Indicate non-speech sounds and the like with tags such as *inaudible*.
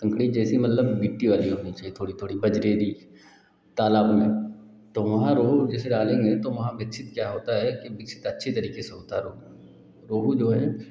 कंकड़ी जैसे मतलब गिट्टी वाली होनी चाहिए थोड़ी थोड़ी बजरेरी तालाब में तो वहाँ रोहू जैसे डालेंगे तो वहाँ *unintelligible* क्या होता है कि *unintelligible* अच्छी तरीके से होता है रोहू रोहू जो है